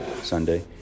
Sunday